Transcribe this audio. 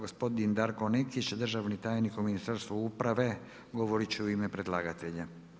Gospodin Darko Nekić, državni tajnik u Ministarstvu uprave, govoriti će u ime predlagatelja.